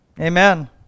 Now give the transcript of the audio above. Amen